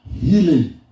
Healing